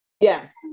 Yes